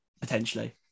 potentially